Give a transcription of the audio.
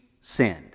sinned